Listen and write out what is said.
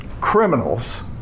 criminals